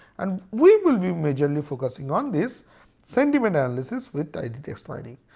and we will be majorly focusing on this sentiment analysis with tidy text mining.